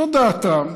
זאת דעתם,